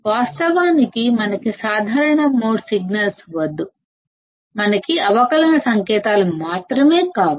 వాస్తవానికి మనకి common mode signals వద్దు మనకి అవకలన సంకేతాలు మాత్రమే కావాలి